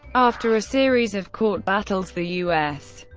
after a series of court battles, the u s.